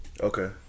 Okay